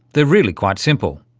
they're really quite simple.